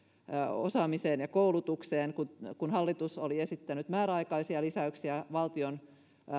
osaamiseen ja koulutukseen kun kun hallitus oli esittänyt määräaikaisia lisäyksiä valtion